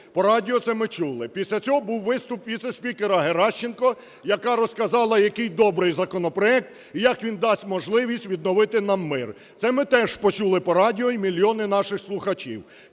По радіо це ми чули. Після цього був виступ віце-спікера Геращенко, яка розказала, який добрий законопроект, і як він дасть можливість відновити нам мир. Це ми теж почули по радіо і мільйони наших слухачів.